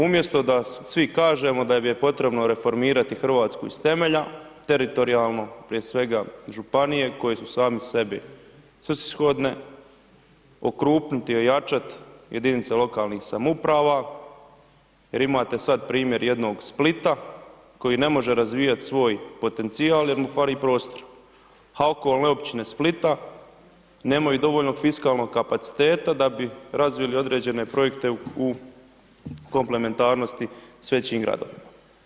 Umjesto da svi kažemo da je potrebno reformirati RH iz temelja, teritorijalno prije svega županije koje su sami sebi svrsishodne, okrupnit i ojačat jedinice lokalnih samouprava jer imate sad primjer jednog Splita koji ne može razvijat svoj potencijal jer mu fali prostora, a okolne općine Splita nemaju dovoljnog fiskalnog kapaciteta da bi razvili određene projekte u komplementarnosti s većim gradovima.